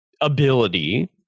ability